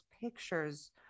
pictures